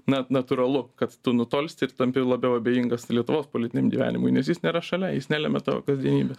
na natūralu kad tu nutolsti ir tampi labiau abejingas lietuvos politiniam gyvenimui nes jis nėra šalia jis nelemia tavo kasdienybės